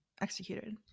executed